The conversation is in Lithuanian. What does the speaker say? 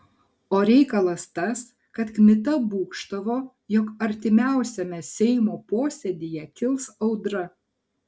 o reikalas tas kad kmita būgštavo jog artimiausiame seimo posėdyje kils audra